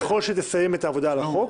ככל שתסיים את העבודה על החוק,